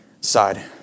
side